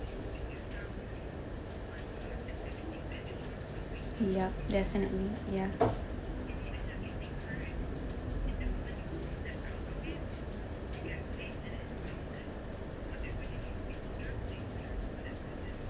yup definitely ya